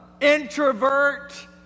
introvert